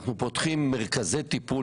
אנחנו פתחים מרכזי טיפול,